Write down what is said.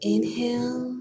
Inhale